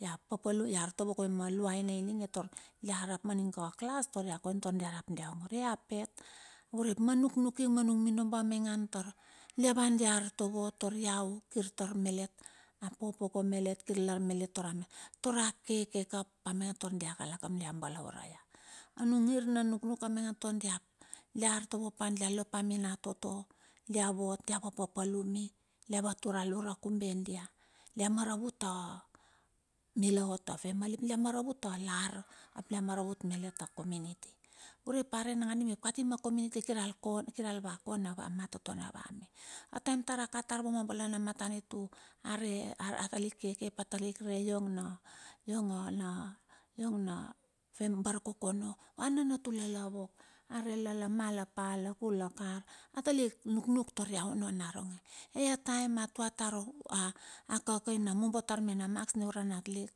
Ia papalum ia artovo kaule ma luana ininge taur dia rap maning ka klas tar ia koina tar dia rap dia ongor ai apet. Urep ma nunuking manung minombo amaingan tar dia van dia artovo tar iau kir tar melet apopoko melet kir lar melet tar ame. Taur akeke ka amaingan tar dia kalakam dia balaure ia. Anung ngir na nuknuk amaingan taur dia artovo pa dia lopa minatoto diavot dia vapapalum i, dia vatur alura kumbe dia. Dia maravut a milaot afamily ap dia maravut alar ap dia maravut malet a kominiti. Urep arei nangadi mep kati ma kominiti kiral kona, kir alava kona matoto name. Ataem tara katar vua ma bale na matanitu. are atalik keke atalik re iong na iong na barkokono ananatu la lavok, are la la mal apal lakul akar, a talik nuknuk tar ia ono naronge. Ai ataem a tuatar akakaina amombo tar menam maks ni ura natlik.